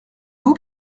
vous